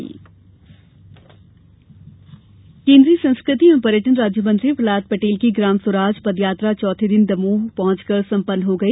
ग्राम स्वराज यात्रा केंद्रीय संस्कृति एवं पर्यटन राज्यमंत्री प्रहलाद पटेल की ग्राम स्वराज पदयात्रा चौथे दिन दमोह पहुंच कर संपन्न हो गई